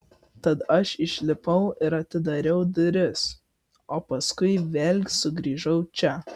tad aš išlipau ir atidariau duris o paskiau vėl sugrįžau čia